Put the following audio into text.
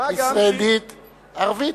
ישראלית ערבית.